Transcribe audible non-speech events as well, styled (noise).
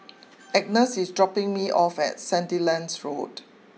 (noise) Agnes is dropping me off at Sandilands Road